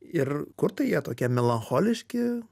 ir kurtai jie tokie melancholiški